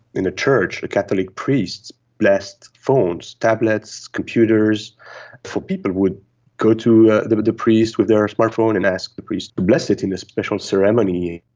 in a church a catholic priest blessed phones, tablets, computers for people who would go to the the priest with their smart phone and ask the priest to bless it in a special ceremony,